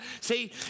see